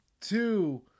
two